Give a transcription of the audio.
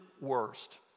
worst